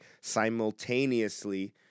simultaneously